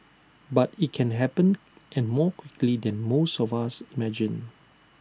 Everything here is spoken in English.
but IT can happen and more quickly than most of us imagine